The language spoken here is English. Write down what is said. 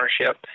ownership